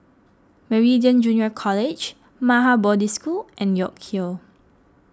Meridian Junior College Maha Bodhi School and York Hill